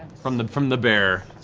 from the from the bear.